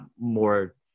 more